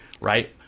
right